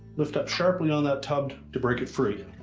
lift up sharply on that tub to break it free.